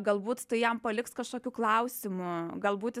galbūt tai jam paliks kažkokių klausimų galbūt